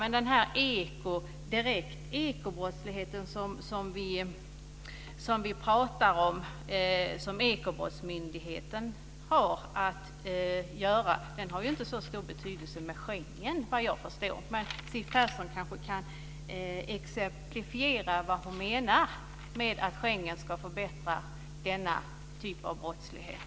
Men för den ekobrottslighet vi pratar om, den som Ekobrottsmyndigheten har att göra med, har ju inte Schengen så stor betydelse, vad jag förstår. Siw Persson kanske kan exemplifiera vad hon menar med att Schengen ska förbättra när det gäller denna typ av brottslighet.